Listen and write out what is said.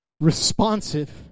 responsive